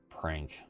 prank